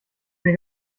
mir